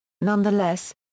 Nonetheless